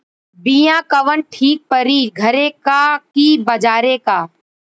बिया कवन ठीक परी घरे क की बजारे क?